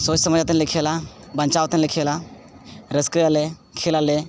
ᱥᱚᱪᱼᱡᱟᱢᱟᱡᱽ ᱠᱟᱛᱮᱫ ᱞᱮ ᱠᱷᱮᱹᱞᱟ ᱵᱟᱧᱪᱟᱣ ᱠᱟᱛᱮᱫ ᱞᱮ ᱠᱷᱮᱹᱞᱟ ᱨᱟᱹᱥᱠᱟᱹᱭᱟᱞᱮ ᱠᱷᱮᱹᱞ ᱟᱞᱮ